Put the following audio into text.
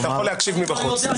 אתה יכול להקשיב מבחוץ.